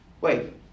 Wait